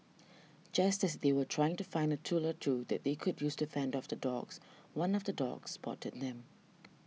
just as they were trying to find a tool or two that they could use to fend off the dogs one of the dogs spotted them